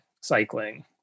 cycling